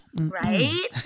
Right